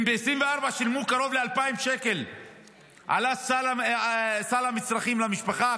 אם ב-2024 שילמו קרוב ל-2,000 שקל על סל המצרכים למשפחה,